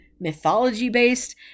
mythology-based